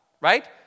right